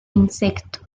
insecto